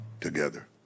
together